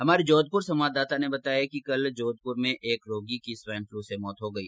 हमारे जोधपुर संवाददाता ने बताया कि कल जोधपुर में एक रोगी की स्वाईन फ्लू से मौत हो गई